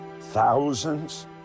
Thousands